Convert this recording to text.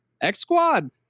X-Squad